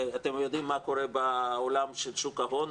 ואתם יודעים מה קורה בעולם של שוק ההון,